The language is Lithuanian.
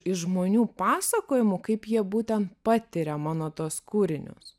iš žmonių pasakojimų kaip jie būtent patiria mano tuos kūrinius